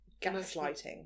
gaslighting